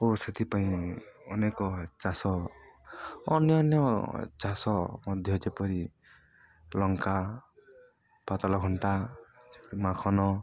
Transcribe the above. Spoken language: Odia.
ଓ ସେଥିପାଇଁ ଅନେକ ଚାଷ ଅନ୍ୟାନ୍ୟ ଚାଷ ମଧ୍ୟ ଯେପରି ଲଙ୍କା ପାାତରଘଣ୍ଟା ମାଖନ